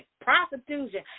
prostitution